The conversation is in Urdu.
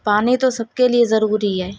پانی تو سب کے لیے ضروری ہے